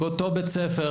באותו בית ספר.